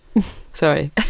Sorry